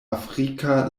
afrika